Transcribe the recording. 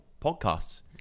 Podcasts